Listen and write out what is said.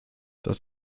das